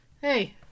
Hey